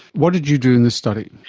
what did you do in this study?